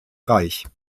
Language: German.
reich